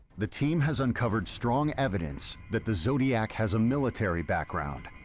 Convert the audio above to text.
the team has uncovered strong evidence that the zodiac has a military background.